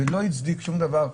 זה לא הצדיק שום דבר.